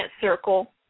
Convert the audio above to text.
circle